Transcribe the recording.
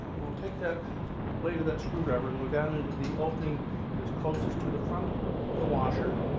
we'll take the blade of that screwdriver and go down into the opening that's closest to the front of the washer.